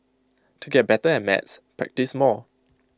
to get better at maths practise more